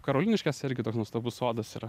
karoliniškėse irgi toks nuostabus sodas yra